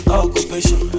occupation